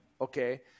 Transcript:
okay